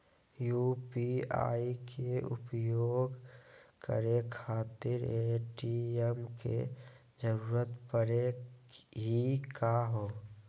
UPI के उपयोग करे खातीर ए.टी.एम के जरुरत परेही का हो?